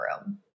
room